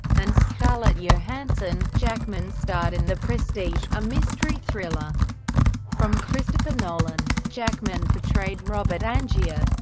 and scarlett johansson, jackman starred in the prestige, a mystery thriller from christopher nolan. jackman portrayed robert angier,